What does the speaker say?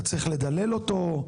אתה צריך לדלל אותו,